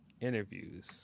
interviews